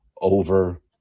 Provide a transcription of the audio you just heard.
over